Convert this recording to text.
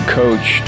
coach